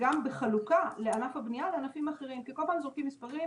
בחלוקה לענף הבנייה וענפים אחרים - כי כל פעם זורקים מספרים,